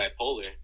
bipolar